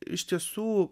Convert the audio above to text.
iš tiesų